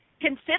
Consider